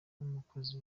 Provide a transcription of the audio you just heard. nk’umukozi